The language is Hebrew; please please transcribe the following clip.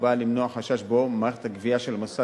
ובאה למנוע חשש שמערכת הגבייה של המוסד